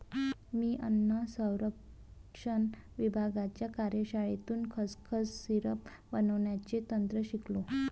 मी अन्न संरक्षण विभागाच्या कार्यशाळेतून खसखस सिरप बनवण्याचे तंत्र शिकलो